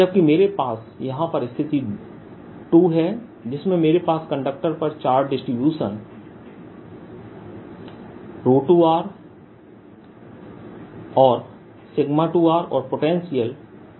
जबकि मेरे पास यहां पर स्थिति 2 है जिसमें मेरे पास कंडक्टर पर चार्ज डिसटीब्यूशन 2r और 2rऔर पोटेंशियल V2r है